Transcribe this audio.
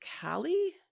Callie